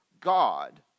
god